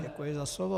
Děkuji za slovo.